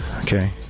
Okay